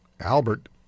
Albert